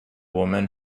women